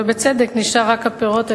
ובצדק נשארו רק הפירות,